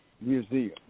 museum